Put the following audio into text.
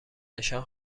نشان